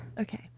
Okay